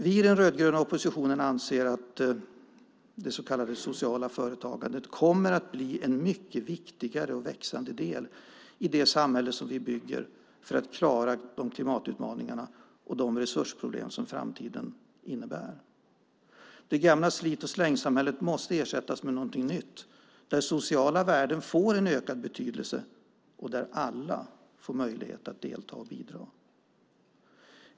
Vi i den rödgröna oppositionen anser att det så kallade sociala företagandet kommer att bli en mycket viktigare och växande del i det samhälle vi bygger för att klara de klimatutmaningar och resursproblem som framtiden innebär. Det gamla slit-och-släng-samhället måste ersättas med något nytt där sociala värden får ökad betydelse och där alla får möjlighet att delta och bidra.